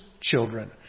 children